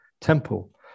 temple